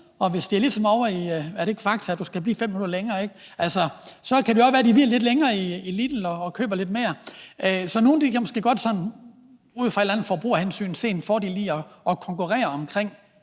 og hvis det er ligesom ovre i Fakta, hvor du skal blive 5 minutter længere, så kan det godt være, at de bliver lidt længere i Lidl og køber lidt mere. Så nogle kan måske godt ud fra et eller andet forbrugerhensyn se en fordel i at konkurrere omkring